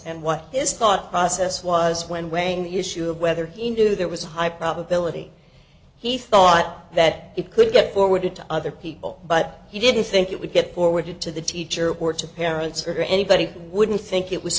and what is thought process was when weighing the issue of whether he knew there was a high probability he thought that it could get forwarded to other people but he didn't think it would get forwarded to the teacher or to parents or anybody wouldn't think it was